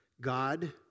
God